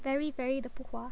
very very 的不划